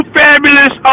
fabulous